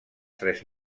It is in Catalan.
tres